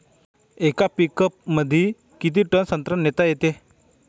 येका पिकअपमंदी किती टन संत्रा नेता येते?